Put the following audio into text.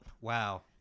wow